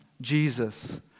Jesus